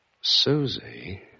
Susie